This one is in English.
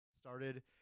Started